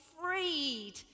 freed